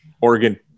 Oregon